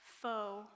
foe